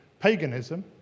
paganism